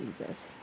Jesus